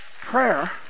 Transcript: Prayer